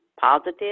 positive